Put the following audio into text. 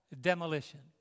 demolition